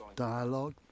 Dialogue